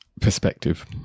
perspective